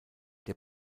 der